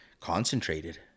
concentrated